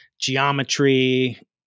geometry